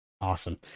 awesome